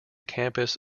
campus